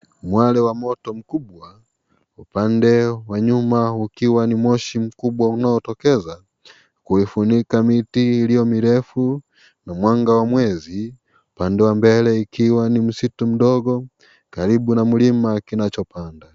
Mwale wa moto mkubwa, upande wa nyuma ukiwa ni moshi mkubwa unaotokeza, kuifuinika miti ilio mirefu na mwanga wa mwezi. Upande wa mbele ikiwa ni msitu mdogo karibu